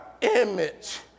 image